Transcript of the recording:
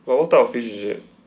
what what type of fish is it